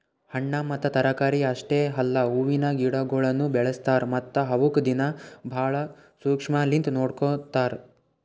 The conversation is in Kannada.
ಹಣ್ಣ ಮತ್ತ ತರಕಾರಿ ಅಷ್ಟೆ ಅಲ್ಲಾ ಹೂವಿನ ಗಿಡಗೊಳನು ಬೆಳಸ್ತಾರ್ ಮತ್ತ ಅವುಕ್ ದಿನ್ನಾ ಭಾಳ ಶುಕ್ಷ್ಮಲಿಂತ್ ನೋಡ್ಕೋತಾರ್